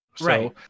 Right